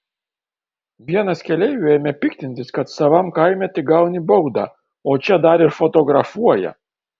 vienas keleivių ėmė piktintis kad savam kaime tik gauni baudą o čia dar ir fotografuoja